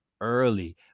early